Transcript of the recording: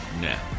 now